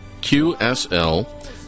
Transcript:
QSL